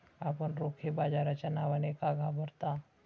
आपण रोखे बाजाराच्या नावाने का घाबरता?